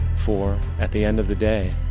for, at the end of the day,